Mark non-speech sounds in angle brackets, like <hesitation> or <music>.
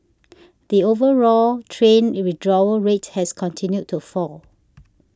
the overall train <hesitation> withdrawal rate has continued to fall